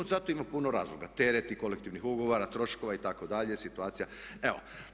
Za to ima puno razloga, tereti kolektivnih ugovora, troškova itd. situacija evo.